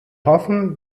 hoffen